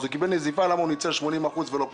הוא קיבל נזיפה למה הוא ניצל 80% ולא פחות.